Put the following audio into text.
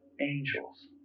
angels